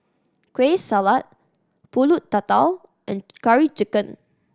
Kueh Salat Pulut Tatal and Curry Chicken